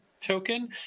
token